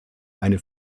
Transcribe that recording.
eine